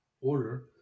order